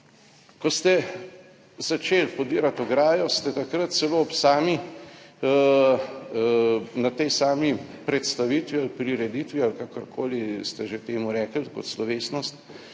Ko ste začeli podirati ograjo, ste takrat celo ob sami, na tej sami predstavitvi ali prireditvi ali kakorkoli ste že temu rekli, kot slovesnost,